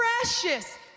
precious